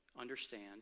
understand